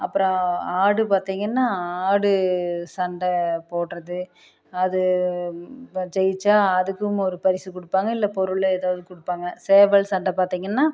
அப்புறம் ஆடு பார்த்திங்கன்னா ஆடு சண்டை போடுறது அது ஜெயிச்சா அதுக்கும் ஒரு பரிசு கொடுப்பாங்க இல்லை பொருளே எதாவது கொடுப்பாங்க சேவல் சண்டை பார்த்திங்கன்னா